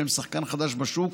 שהם שחקן חדש בשוק,